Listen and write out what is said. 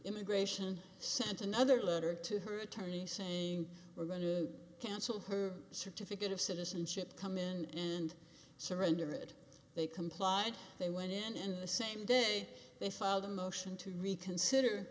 immigration sent another letter to her attorney saying we're going to cancel her certificate of citizenship come in and surrender it they complied they went in and the same day they filed a motion to reconsider